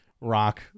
rock